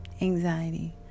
anxiety